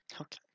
Okay